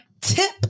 tip